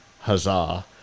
huzzah